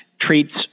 treats